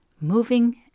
Moving